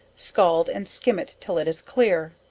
scald and skim it till it is clear,